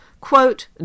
quote